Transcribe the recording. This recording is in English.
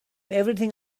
everything